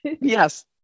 Yes